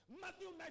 Matthew